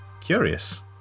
curious